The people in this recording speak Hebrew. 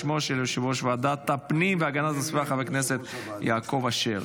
בשמו של יושב-ראש ועדת הפנים והגנת הסביבה חבר הכנסת יעקב אשר.